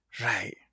Right